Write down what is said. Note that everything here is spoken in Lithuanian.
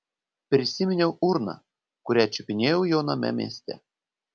prisiminiau urną kurią čiupinėjau jo name mieste